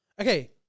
Okay